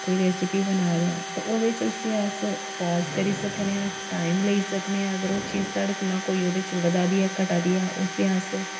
कोई रैस्पी बना दे आं तो ओह्दे च तां उसी अस पाज़ करी सकने आं टाइम लेई सकने आं अगर ओह् चीज़ साढ़े कोला कोई ओह्दे च बधै दी ऐ घटै दी ऐ उसी अस